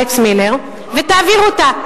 אלכס מילר, ותעבירו אותה.